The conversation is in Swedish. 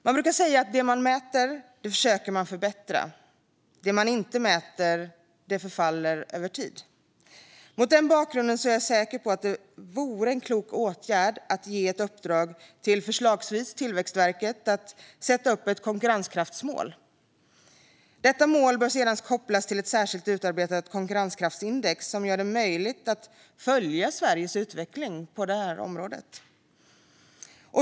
Man brukar säga att det man mäter försöker man förbättra, men det man inte mäter förfaller över tid. Mot den bakgrunden är jag säker på att det vore en klok åtgärd att ge ett uppdrag åt förslagsvis Tillväxtverket att sätta upp ett konkurrenskraftsmål. Detta mål bör sedan kopplas till ett särskilt utarbetat konkurrenskraftsindex som gör det möjligt att följa Sveriges utveckling på detta område.